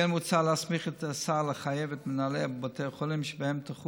כמו כן מוצע להסמיך את השר לחייב את מנהלי בתי החולים שבהם תחול